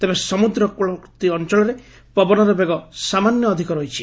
ତେବେ ସମୁଦ୍ର କୂଳବର୍ଭୀ ଅଞ୍ଚଳରେ ପବନର ବେଗ ସାମାନ୍ୟ ଅଧିକ ରହିଛି